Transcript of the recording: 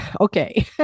okay